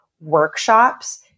workshops